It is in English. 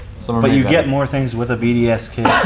so um you get more things with a bds kit.